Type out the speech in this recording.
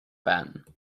ben